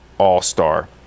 all-star